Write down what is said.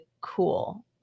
cool